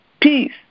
peace